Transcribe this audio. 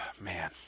Man